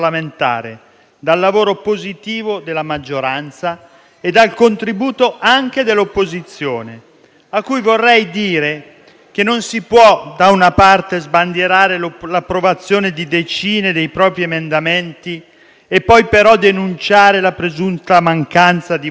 dal lavoro positivo della maggioranza e dal contributo della stessa opposizione, a cui vorrei dire che non si può, da una parte, sbandierare l'approvazione di decine di propri emendamenti e poi però denunciare la presunta mancanza di volontà